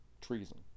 treason